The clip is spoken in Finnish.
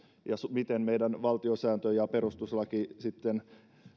olla ja miten meidän valtiosääntömme ja perustuslakimme sitten